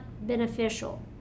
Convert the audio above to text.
beneficial